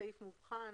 כסעיף מובחן.